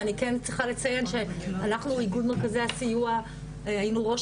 אני כן צריכה לציין שאנחנו איגוד מרכזי הסיוע היינו ראש